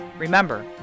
Remember